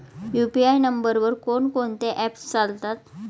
UPI नंबरवर कोण कोणते ऍप्स चालतात?